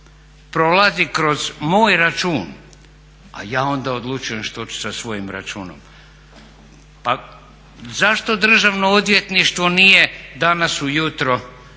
prolazi kroz moj račun a ja onda odlučujem što ću sa svojim računom pa zašto Državno odvjetništvo nije danas ujutro na